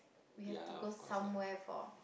we have to go somewhere for